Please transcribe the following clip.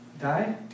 die